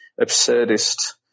absurdist